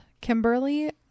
Kimberly